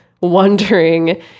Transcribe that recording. wondering